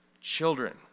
children